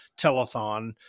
telethon